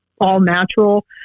all-natural